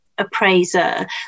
appraiser